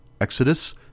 Exodus